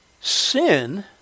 sin